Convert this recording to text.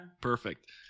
Perfect